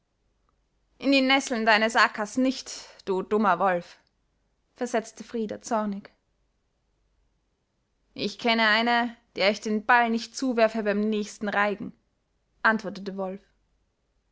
in die nesseln deines ackers nicht du dummer wolf versetzte frida zornig ich kenne eine der ich den ball nicht zuwerfe beim nächsten reigen antwortete wolf